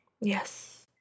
Yes